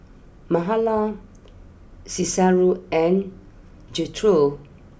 Mahala Cicero and Gertrude